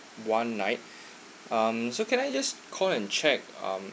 one night um so can I just call and check